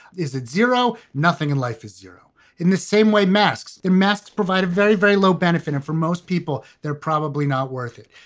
is it zero? nothing in life is zero in the same way. masks and masks provide a very, very low benefit. and for most people, they're probably not worth it.